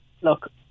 look